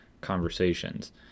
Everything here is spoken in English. conversations